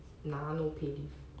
拿 no pay leave